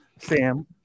Sam